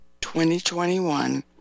2021